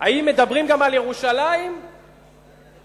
אם מדברים גם על ירושלים וענתה: